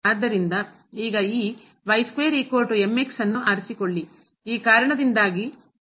ಆದ್ದರಿಂದ ಈಗಈಆರಿಸಿಕೊಳ್ಳಿ ಈ ಕಾರಣದಿಂದಾಗಿ ಪವರ್ 4 ಇಲ್ಲಿದೆ